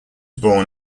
born